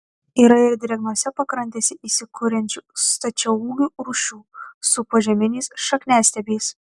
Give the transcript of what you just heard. yra ir drėgnose pakrantėse įsikuriančių stačiaūgių rūšių su požeminiais šakniastiebiais